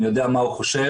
אני יודע מה הוא חושב,